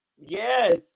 Yes